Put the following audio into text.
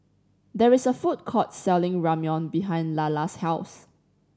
there is a food court selling Ramyeon behind Lalla's house